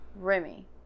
Remy